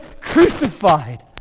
crucified